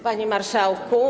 Panie Marszałku!